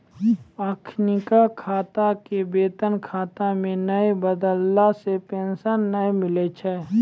अखिनका खाता के वेतन खाता मे नै बदलला से पेंशन नै मिलै छै